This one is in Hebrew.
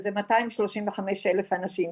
שאלו מאתיים שלושים וחמש אלף אנשים.